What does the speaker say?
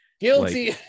guilty